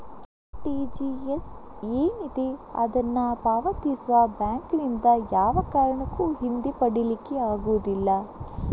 RTGS ಏನಿದೆ ಅದನ್ನ ಪಾವತಿಸುವ ಬ್ಯಾಂಕಿನಿಂದ ಯಾವ ಕಾರಣಕ್ಕೂ ಹಿಂದೆ ಪಡೀಲಿಕ್ಕೆ ಆಗುದಿಲ್ಲ